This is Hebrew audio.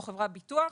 לא חברת ביטוח,